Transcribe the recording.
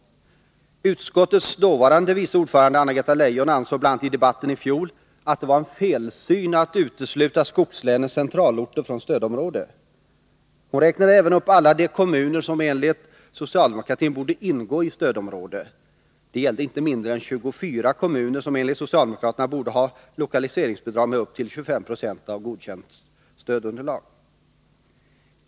Utskottets dåvarande vice ordförande, Anna Greta Leijon, ansåg bl.a. i debatten i fjol att det var en felsyn att utesluta skogslänens centralorter från stödområde. Hon räknade även upp alla de kommuner som enligt socialdemokratin borde ingå i stödområde. Det gällde inte mindre än 24 kommuner, som enligt socialdemokraterna borde ha lokaliseringsbidrag med upp till 25 20 av godkänt stödunderlag.